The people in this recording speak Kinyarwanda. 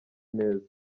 neza